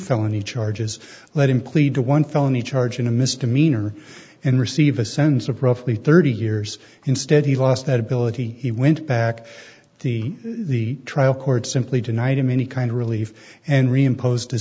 felony charges let him plead to one felony charge in a misdemeanor and receive a sense of roughly thirty years instead he lost that ability he went back the the trial court simply denied him any kind of relief and reimposed